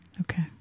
okay